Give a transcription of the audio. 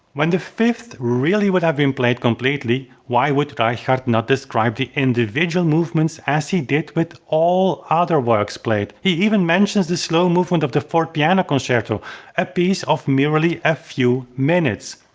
when the fifth really would have been played completely, why would reichardt not describe the individual movements as he did with all other works played? he even mentions the slow movement of the fourth pianoconcerto, a piece of merely a few minutes.